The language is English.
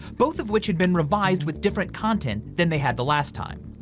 both of which had been revised with different content than they had the last time.